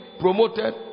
promoted